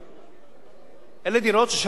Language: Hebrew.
אלה דירות ששייכות לתושבי חוץ-לארץ,